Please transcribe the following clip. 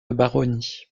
baronnie